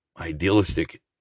idealistic